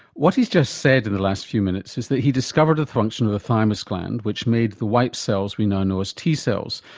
what he's just said in the last few minutes is that he discovered the function of the thymus gland, which made the white cells we now know as t cells,